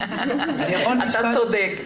אתה צודק.